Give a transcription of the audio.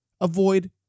avoid